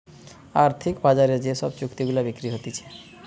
আর্থিক বাজারে যে সব চুক্তি গুলা বিক্রি হতিছে